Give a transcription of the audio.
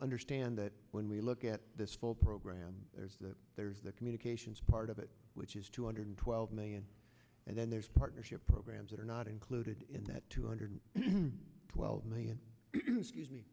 understand that when we look at this full program there's that there's the communications part of it which is two hundred twelve million and then there's partnership programs that are not included in that two hundred twelve million